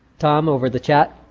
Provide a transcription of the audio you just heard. tom, over the chat.